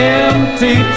empty